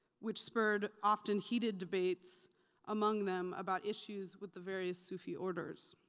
which spurred often heated debates among them about issues with the various sufi orders.